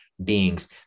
beings